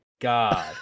God